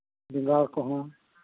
ᱵᱮᱸᱜᱟᱲ ᱠᱚᱦᱚᱸ